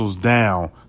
down